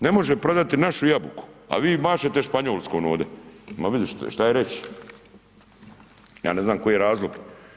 Ne može prodati našu jabuku, a vi mašete Španjolskom ovde, ma vidi šta je reći, ja ne znam koji je razlog.